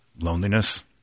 Loneliness